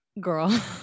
girl